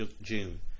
June